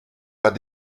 pas